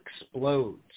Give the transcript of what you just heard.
explodes